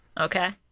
Okay